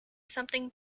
something